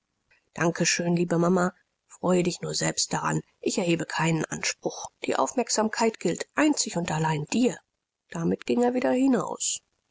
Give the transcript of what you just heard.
danke schön liebe mama freue dich nur selbst daran ich erhebe keinen anspruch die aufmerksamkeit gilt einzig und allein dir damit ging er wieder hinüber